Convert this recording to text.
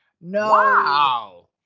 No